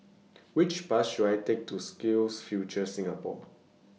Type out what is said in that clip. Which Bus should I Take to SkillsFuture Singapore